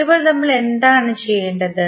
ഇപ്പോൾ നമ്മൾ എന്താണ് ചെയ്യേണ്ടത്